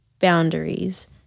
boundaries